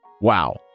Wow